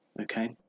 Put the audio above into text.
Okay